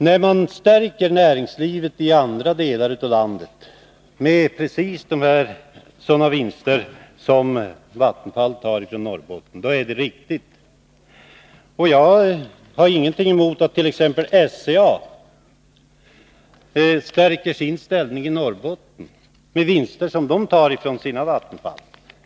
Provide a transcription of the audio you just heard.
När man stärker näringslivet i andra delar av landet med vinster av precis samma slag som Vattenfall tar från Norrbotten, så är det riktigt. Jag har inget emot att t.ex. SCA stärker sin ställning i Norrbotten med vinster som man tar från sina vattenfall.